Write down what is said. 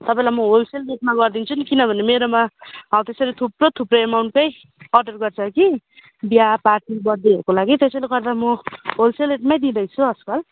तपाईँलाई म होलसेल रेटमा गरिदिन्छु नि किनभने मेरोमा हौ त्यसरी थुप्रो थुप्रो अमाउन्टकै अर्डर गर्छ कि बिहा पार्टी बर्थडेहरूको लागि त्यसैले गर्दा म होलसेल रेटमा दिँदैछु आजकल